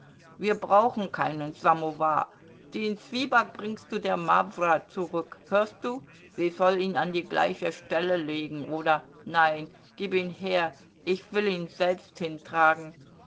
wir brauchen keinen samowar den zwieback bringst du der mawra zurück hörst du sie soll ihn an die gleiche stelle legen oder nein gib ihn her ich will ihn selbst hintragen